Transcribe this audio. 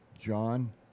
John